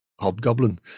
hobgoblin